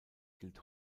gilt